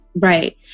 right